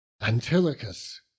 Antilochus